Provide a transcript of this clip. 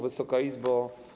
Wysoka Izbo!